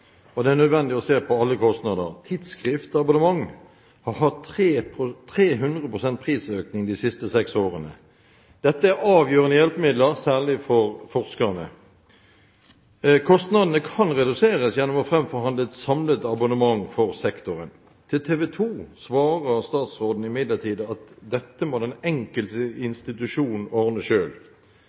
nødvendig å se på alle kostnader. Tidsskriftsabonnement har hatt 300 pst. prisøkning de siste 6 år. Dette er avgjørende hjelpemidler, særlig for forskerne. Kostnadene kan reduseres gjennom å fremforhandle et samlet abonnement for sektoren. Til TV 2 svarer statsråden imidlertid at dette må den enkelte institusjon ordne